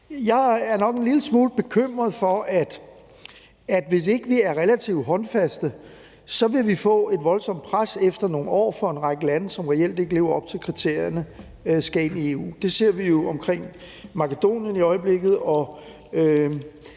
Jeg er nok en lille smule bekymret for, at vi, hvis vi ikke er relativt håndfaste, så efter nogle år vil få et voldsomt pres for, at en række lande, som reelt ikke lever op til kriterierne, skal ind i EU. Det ser vi jo i forhold til Makedonien i øjeblikket,